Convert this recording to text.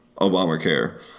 Obamacare